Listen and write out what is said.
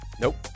Nope